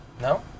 no